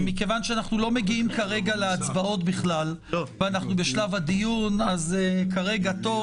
שאנו לא מגיעים כרגע להצבעות בכל ואנו בשלב הדיון כרגע טוב.